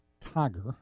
tiger